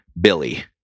Billy